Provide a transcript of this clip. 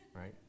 right